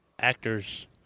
actors